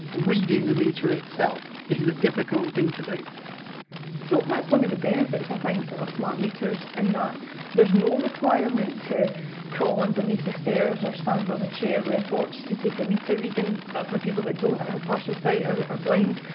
reading the meter itself is a difficult thing to do so, that's one of the benefits, i think, of smart meters in and that there's no requirement to crawl underneath the stairs or stand on a chair with a torch to take a meter reading that's for people that don't have partial sight or are blind.